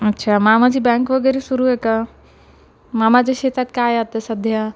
अच्छा मामाची बँक वगैरे सुरू आहे का मामाच्या शेतात काय आता सध्या